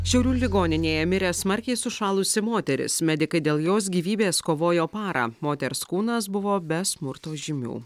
šiaulių ligoninėje mirė smarkiai sušalusi moteris medikai dėl jos gyvybės kovojo parą moters kūnas buvo be smurto žymių